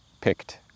picked